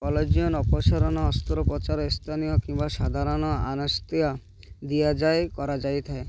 କଲେଜିଅନ୍ ଅପସାରଣ ଅସ୍ତ୍ରୋପଚାର ସ୍ଥାନୀୟ କିମ୍ବା ସାଧାରଣ ଆନେସ୍ଥେସିଆ ଦିଆଯାଇ କରାଯାଇ ଥାଏ